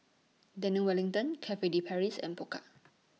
Daniel Wellington Cafe De Paris and Pokka